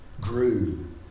grew